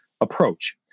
approach